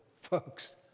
folks